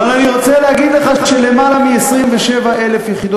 אבל אני רוצה להגיד לך שלמעלה מ-27,000 יחידות